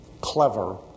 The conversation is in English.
clever